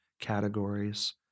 categories